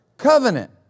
covenant